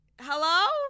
Hello